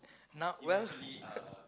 now well